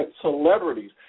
celebrities